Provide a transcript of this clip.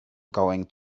going